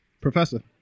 Professor